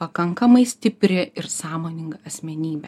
pakankamai stipri ir sąmoninga asmenybė